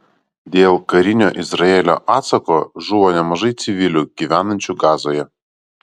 dėl karinio izraelio atsako žuvo nemažai civilių gyvenančių gazoje